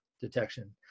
Detection